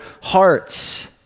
hearts